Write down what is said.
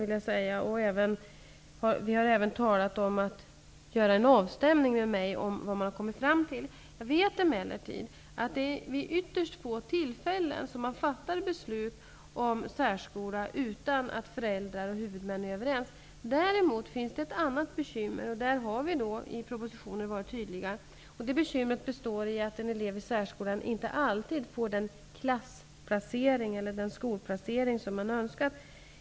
Vi har även talat om att de skall göra en avstämning med mig om vad de har kommit fram till. Jag vet emellertid att det är vid ytterst få tillfällen som beslut fattas om särskola utan att föräldrar och huvudmän är överens. Däremot finns det ett annat bekymmer. Här har regeringen varit tydlig i propositionen. Det bekymret består i att en elev i särskolan inte alltid får den klassplacering eller den skolplacering som man önskar.